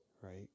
right